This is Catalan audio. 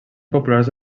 populars